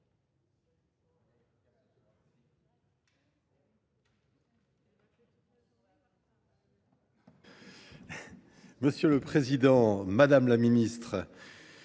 Monsieur le président, madame la ministre,